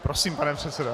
Prosím, pane předsedo.